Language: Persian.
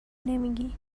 نمیگی